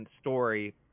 story